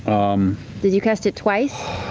did you cast it twice?